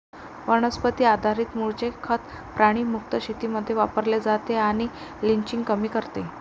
वनस्पती आधारित मूळचे खत प्राणी मुक्त शेतीमध्ये वापरले जाते आणि लिचिंग कमी करते